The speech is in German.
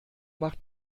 macht